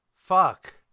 fuck